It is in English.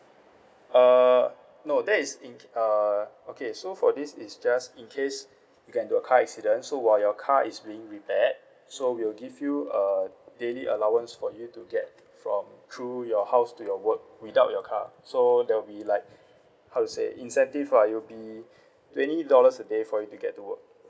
uh no that is in c~ uh okay so for this is just in case you get into car accident so while your car is being repaired so we'll give you a daily allowance for you to get from through your house to your work without your car so there'll be like how to say incentive ah it'll be twenty dollars a day for you to get to work